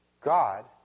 God